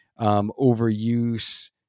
overuse